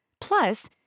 Plus